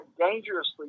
dangerously